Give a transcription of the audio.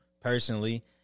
personally